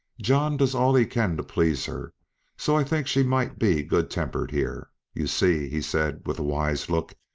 john does all he can to please her so i think she might be good-tempered here. you see, he said, with a wise look,